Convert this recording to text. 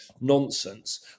nonsense